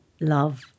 love